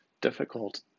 difficult